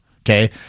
Okay